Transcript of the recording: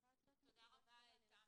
תודה רבה, תמי.